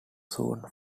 soon